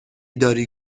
داری